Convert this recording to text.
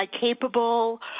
capable